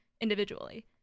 individually